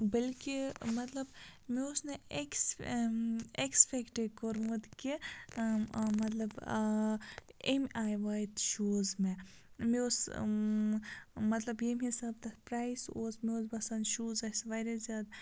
بلکہِ مطلب مےٚ اوس نہٕ ایٚکٕس ایٚکٕسپٮ۪کٹَے کوٚرمُت کہِ مطلب آ اَمہِ آیہِ واتہِ شوٗز مےٚ مےٚ اوس مطلب ییٚمہِ حِساب تَتھ پرٛایِس اوس مےٚ اوس باسان شوٗز آسہِ واریاہ زیادٕ